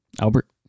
Albert